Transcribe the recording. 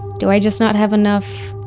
do i just not have enough,